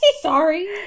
Sorry